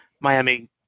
Miami